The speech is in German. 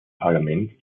parlament